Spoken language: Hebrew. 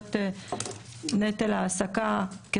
שעלויות נטל העסקה העודפות,